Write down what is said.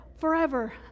forever